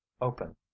open